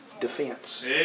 defense